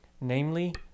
namely